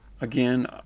Again